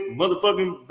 motherfucking